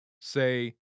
Say